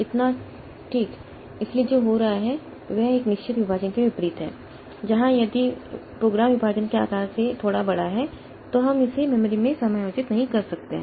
इतना ठीक इसलिए जो हो रहा है वह एक निश्चित विभाजन के विपरीत है जहां यदि प्रोग्राम विभाजन के आकार से थोड़ा बड़ा है तो हम इसे मेमोरी में समायोजित नहीं कर सकते हैं